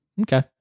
Okay